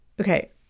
okay